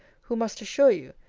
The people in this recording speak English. who must assure you,